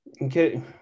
Okay